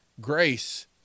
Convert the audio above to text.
grace